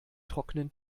trockenen